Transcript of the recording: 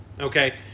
Okay